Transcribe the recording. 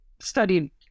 studied